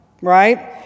Right